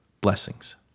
Blessings